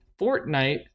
Fortnite